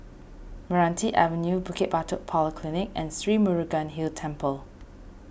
Meranti Avenue Bukit Batok Polyclinic and Sri Murugan Hill Temple